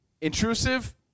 Intrusive